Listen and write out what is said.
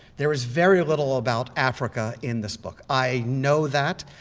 there is very little about africa in this book. i know that.